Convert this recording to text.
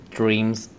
dreams